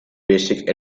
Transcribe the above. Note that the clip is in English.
basic